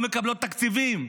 לא מקבלות תקציבים.